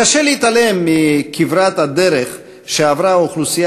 קשה להתעלם מכברת הדרך שעברה האוכלוסייה